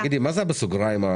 מה זה האחוזים בסוגריים?